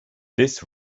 this